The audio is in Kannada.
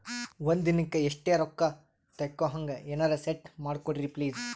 ಒಂದಿನಕ್ಕ ಇಷ್ಟೇ ರೊಕ್ಕ ತಕ್ಕೊಹಂಗ ಎನೆರೆ ಸೆಟ್ ಮಾಡಕೋಡ್ರಿ ಪ್ಲೀಜ್?